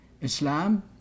Islam